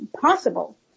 possible